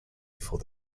before